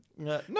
No